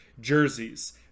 jerseys